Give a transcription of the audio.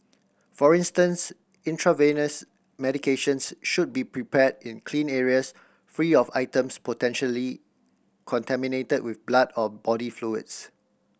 for instance intravenous medications should be prepared in clean areas free of items potentially contaminated with blood or body fluids